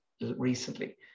recently